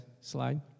slide